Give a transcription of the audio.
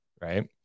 right